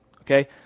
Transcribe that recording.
okay